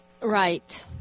Right